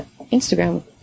Instagram